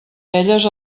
elles